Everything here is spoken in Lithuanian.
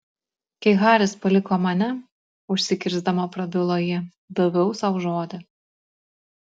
kai haris paliko mane užsikirsdama prabilo ji daviau sau žodį